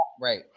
Right